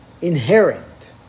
inherent